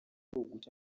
uguca